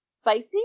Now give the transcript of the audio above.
spicy